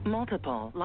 Multiple